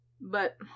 But